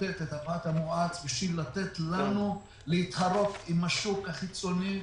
לתת את הפחת המואץ כדי שנוכל להתחרות עם השוק החיצוני.